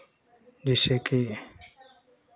जिससे कि